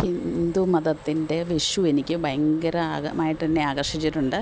ഹിന്ദു മതത്തിന്റെ വിഷുവെനിക്ക് ഭയങ്കര ആക മായിട്ടെന്നെ ആകര്ഷിച്ചിട്ടുണ്ട്